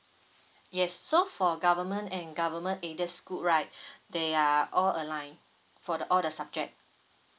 yes so for government and government aided school right they are all align for the all the subject